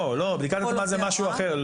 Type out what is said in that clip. לא, בדיקת התאמה זה משהו אחר.